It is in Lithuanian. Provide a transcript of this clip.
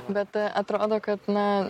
bet atrodo kad na